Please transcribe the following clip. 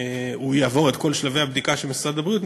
הוא יעבור את כל שלבי הבדיקה של משרד הבריאות,